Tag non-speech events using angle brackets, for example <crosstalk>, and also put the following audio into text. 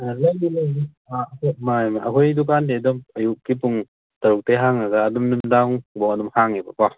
ꯑꯥ ꯂꯩꯅꯤ ꯂꯩꯅꯤ ꯑꯩꯈꯣꯏ <unintelligible> ꯑꯩꯈꯣꯏ ꯗꯨꯀꯥꯟꯗꯤ ꯑꯗꯨꯝ ꯑꯌꯨꯛꯀꯤ ꯄꯨꯡ ꯇꯔꯨꯛꯇꯩ ꯍꯥꯡꯉꯒ ꯑꯗꯨꯝ ꯅꯨꯃꯤꯗꯥꯡ ꯐꯥꯎꯕ ꯑꯗꯨꯝ ꯍꯥꯡꯉꯦꯕꯀꯣ